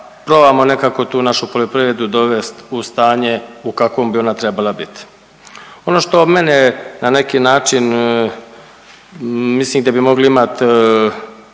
probamo nekako tu našu poljoprivredu dovesti u stanje u kakvom bi ona trebala biti. Ono što mene na neki način, mislim gdje bi mogli imati